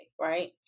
right